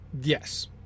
Yes